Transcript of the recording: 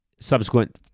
subsequent